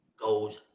goes